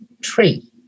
tree